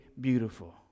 beautiful